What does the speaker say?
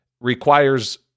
requires